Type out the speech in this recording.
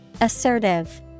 Assertive